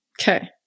Okay